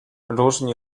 różni